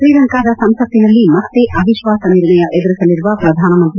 ಶ್ರೀಲಂಕಾದ ಸಂಸತ್ತಿನಲ್ಲಿ ಮತ್ತೆ ಅವಿಶ್ವಾಸ ನಿರ್ಣಯ ಎದುರಿಸಲಿರುವ ಪ್ರಧಾನಮಂತ್ರಿ